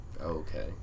Okay